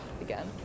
again